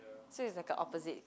so it's like a opposite